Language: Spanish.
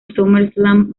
summerslam